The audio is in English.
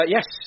Yes